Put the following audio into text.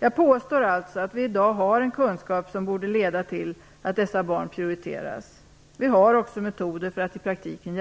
Jag påstår alltså att vi i dag har en kunskap som borde leda till att dessa barn prioriteras. Vi har också metoder för att hjälpa dem i praktiken.